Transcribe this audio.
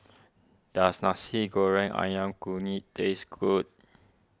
does Nasi Goreng Ayam Kunyit taste good